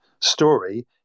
story